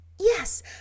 Yes